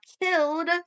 killed